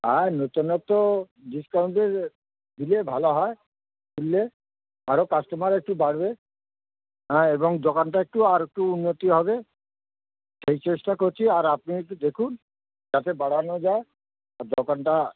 হ্যাঁ নতুন ও তো ডিসকাউন্টে দিলে ভালো হয় শুনলে আরও কাস্টমার একটু বাড়বে হ্যাঁ এবং দোকানটা একটু আর একটু উন্নতি হবে সেই চেষ্টা করছি আর আপনি একটু দেখুন যাতে বাড়ানো যায় আর দোকানটা